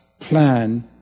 plan